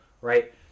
right